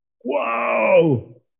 Whoa